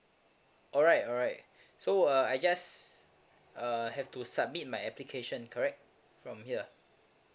alright alright so uh I guess uh have to submit my application correct from here